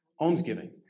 Almsgiving